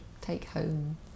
take-home